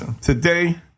today